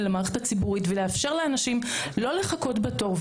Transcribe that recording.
למערכת הציבורית ולאפשר לאנשים לא לחכות בתור.